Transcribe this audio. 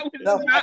no